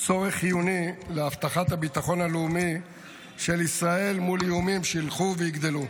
צורך חיוני להבטחת הביטחון הלאומי של ישראל מול איומים שילכו ויגדלו.